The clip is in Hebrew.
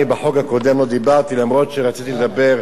אני בחוק הקודם לא דיברתי אף-על-פי שרציתי לדבר.